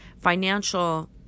financial